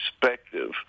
perspective